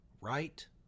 right